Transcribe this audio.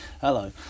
hello